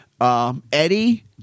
Eddie